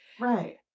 right